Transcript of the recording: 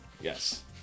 Yes